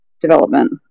development